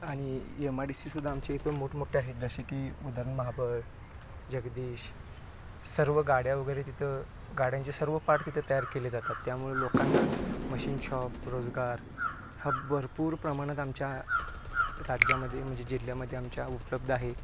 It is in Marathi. आणि एम आय डी सीसुद्धा आमच्या इथं मोठमोठे आहेत जसे की उदाहरण महाबळ जगदीश सर्व गाड्या वगैरे तिथं गाड्यांचे सर्व पार्ट तिथं तयार केले जातात त्यामुळे लोकांना मशीन शॉप रोजगार हा भरपूर प्रमाणात आमच्या राज्यामध्ये म्हणजे जिल्ह्यामध्ये आमच्या उपलब्ध आहे